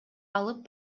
алып